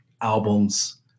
albums